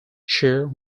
share